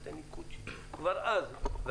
כבר אז לא הבנתי,